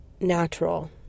natural